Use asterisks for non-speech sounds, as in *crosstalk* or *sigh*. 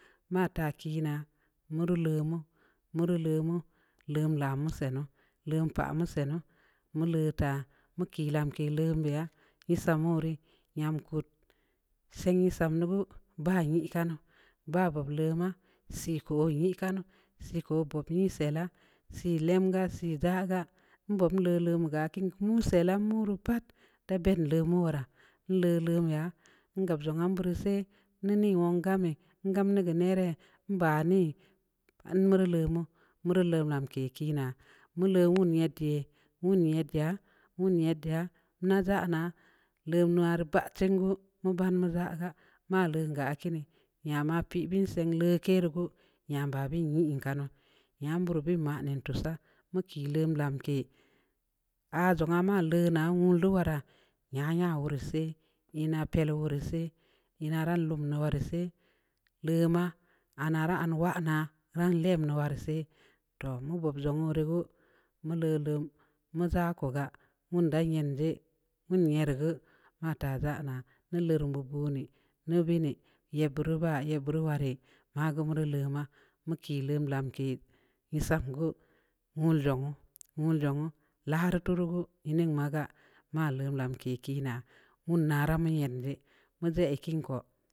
Ma ta kii na muru le mu-muru le ma lem lam mua sa'ay lem pa mu sa'ay nu mu lu ta mu kii lamki lem biya wisa'a mure yamm kut sii nu sannu ugue ba ye ka nu ba baba lema sii kuru ye kanu sii kura bub ye sii la'a sii lemga *noise* sii daga'a anbwa kpu le lumga kiin kunu wii lam muru pat ta bendəa mura le lum ya ngam za ngan buru sii nii ne wan ga'ane nen negue nərə mba nə an lerelemu mure lam ke kii na mu le mu me yaddə mumu yat kii ya mumu yaddu dəa na ndzu ana le lamre ba'a chingue mu ban nii rara ma le ga kii nii ya ma pəə bəən sang kii rugue yam ba be ye iin ka nu'u yam buru be ma nen tusa muki lem lamkii a ndzong a ma le nang wu le wara nya-nya wuru sii ii na pəə na wuru sii ye na rum lum na waru sii le ma ana ra ana wamma ra lemmna waru sri to ma guug za wuru gue mu lu la mu ndza koga'a wun dan yin nzii wun ye u gue mata nza na'a wu lar bubbu ne na be nii ya buruba-yaburu ware ma gue buru le ma mə kii u lamke mi səngue wuu ndzan gue-wuu ndzam gue la ru turugue ii nin magə ma lum lamki ke na wu na ra mu ndzan mu ndzai a kiin ku.